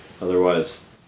otherwise